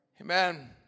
Amen